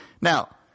Now –